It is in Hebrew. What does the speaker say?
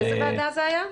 באיזו ועדה זה היה?